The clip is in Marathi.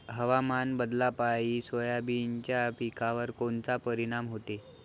हवामान बदलापायी सोयाबीनच्या पिकावर कोनचा परिणाम होते?